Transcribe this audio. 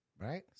right